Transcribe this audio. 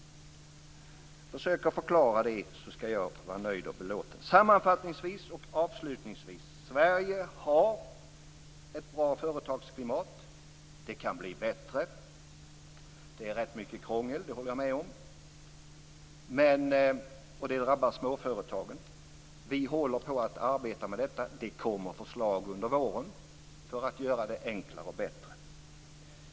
Försök förklara det, så skall jag vara nöjd och belåten. Sammanfattningsvis och avslutningsvis vill jag säga att Sverige har ett bra företagsklimat. Det kan bli bättre. Det är rätt mycket krångel - det håller jag med om - och det drabbar småföretagen. Men vi håller på att arbeta med detta. Förslag kommer under våren för att göra det hela enklare och bättre.